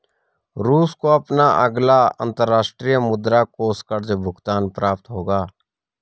रूस को अपना अगला अंतर्राष्ट्रीय मुद्रा कोष कर्ज़ भुगतान प्राप्त होगा